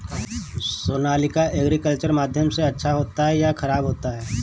Sonalika agriculture माध्यम से अच्छा होता है या ख़राब होता है?